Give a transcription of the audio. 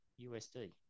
USD